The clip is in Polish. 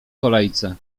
kolejce